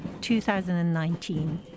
2019